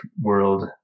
world